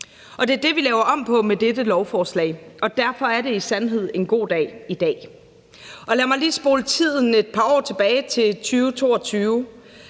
Det er det, vi laver om på med dette lovforslag, og derfor er det i sandhed en god dag i dag. Lad mig lige spole tiden et par år tilbage til 2022.